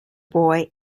boy